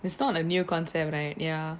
it's not a new concept right ya